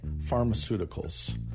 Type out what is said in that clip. pharmaceuticals